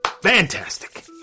Fantastic